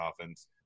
offense